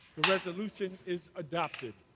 the resolution is adopted.